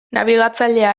nabigatzailea